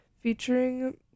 featuring